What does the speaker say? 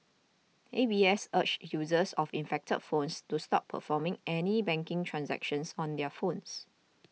A B S urged users of infected phones to stop performing any banking transactions on their phones